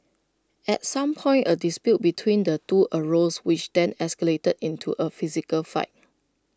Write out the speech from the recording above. at some point A dispute between the two arose which then escalated into A physical fight